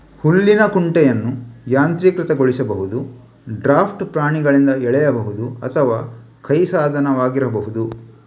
ಹುಲ್ಲಿನ ಕುಂಟೆಯನ್ನು ಯಾಂತ್ರೀಕೃತಗೊಳಿಸಬಹುದು, ಡ್ರಾಫ್ಟ್ ಪ್ರಾಣಿಗಳಿಂದ ಎಳೆಯಬಹುದು ಅಥವಾ ಕೈ ಸಾಧನವಾಗಿರಬಹುದು